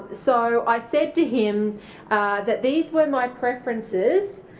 so i said to him that these were my preferences.